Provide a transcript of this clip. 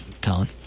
Colin